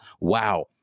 wow